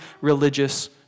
religious